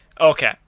Okay